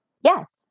yes